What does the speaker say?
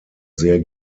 sehr